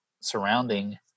surrounding